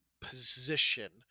position